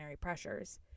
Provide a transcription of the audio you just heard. pressures